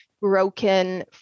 broken